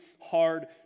hard